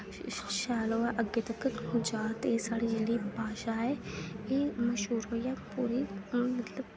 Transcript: शैल होऐ अग्गें तक्कर जाऽ ते साढ़ी जेह्ड़ी भाशा ऐ एह् मश्हूर होई जाऽ पूरी